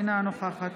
אינה נוכחת